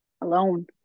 alone